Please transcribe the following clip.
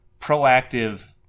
proactive